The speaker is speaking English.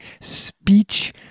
speech